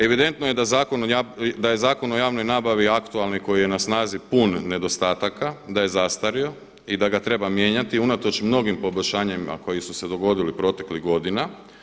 Evidentno je da je Zakon o javnoj nabavi aktualni koji je na snazi pun nedostataka, da je zastario i da ga treba mijenjati unatoč mnogim poboljšanjima koje su se dogodile proteklih godina.